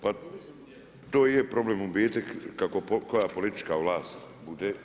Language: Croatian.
Pa to je problem u biti kako koja politička vlast bude.